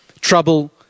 trouble